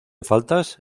faltas